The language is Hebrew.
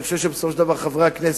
אני חושב שבסופו של דבר חברי הכנסת,